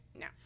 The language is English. no